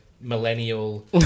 millennial